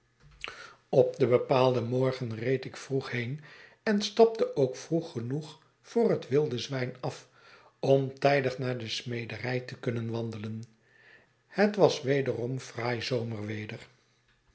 op den bepaalden morgen reed ik vroeg been en stapte ook vroeg genoeg voor het wilde zwijn af om tijdig naar desmederij te kunnen wandelen het was wederom fraai zomerweder